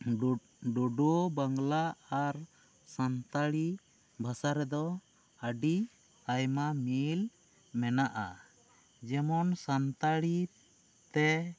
ᱵᱳᱰᱳ ᱵᱟᱝᱞᱟ ᱟᱨ ᱥᱟᱱᱛᱟᱲᱤ ᱵᱷᱟᱥᱟ ᱨᱮᱫᱚ ᱟᱹᱰᱤ ᱟᱭᱢᱟ ᱢᱤᱞ ᱢᱮᱱᱟᱜᱼᱟ ᱡᱮᱢᱚᱱ ᱥᱟᱱᱛᱟᱲᱤ ᱛᱮ